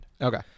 Okay